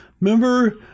remember